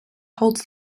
holds